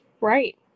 right